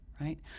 right